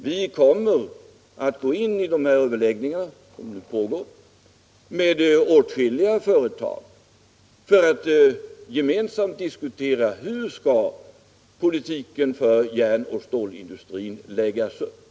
Vi kommer att gå in i dessa överläggningar med åtskilliga företag för att gemensamt diskutera hur politiken för järn och stålindustrin skall läggas upp.